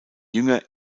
jünger